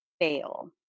fail